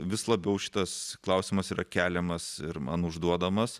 vis labiau šitas klausimas yra keliamas ir man užduodamas